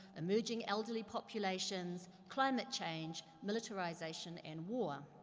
emerging elderly populations, climate change, militarization and war.